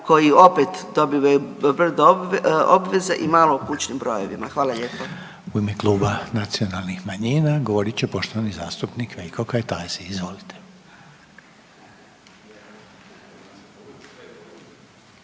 koji opet dobivaju brdo obveza i malo o kućnim brojevima. Hvala lijepo. **Reiner, Željko (HDZ)** U ime Kluba nacionalnih manjina govorit će poštovani zastupnik Veljko Kajtazi. Izvolite.